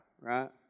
right